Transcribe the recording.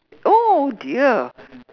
oh dear